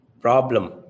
problem